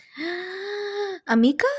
amika